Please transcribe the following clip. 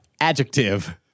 Adjective